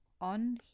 on